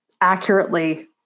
accurately